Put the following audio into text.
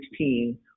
2016